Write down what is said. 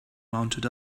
mounted